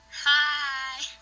Hi